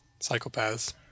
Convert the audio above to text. psychopaths